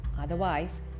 otherwise